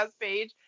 page